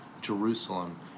Jerusalem